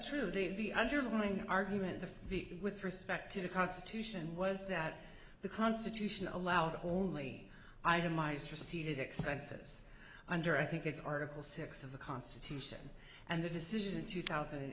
truly the underlying argument of the with respect to the constitution was that the constitution allowed only itemised to see expenses under i think it's article six of the constitution and the decision in two thousand and